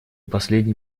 последний